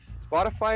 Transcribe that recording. Spotify